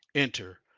enter.